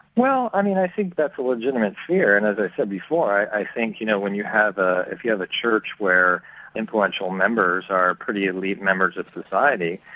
well, i mean, i think that's a legitimate fear, and as i said before, i i think, you know, when you have, ah if you have a church where influential members are pretty elite members of society,